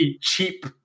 cheap